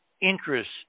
interest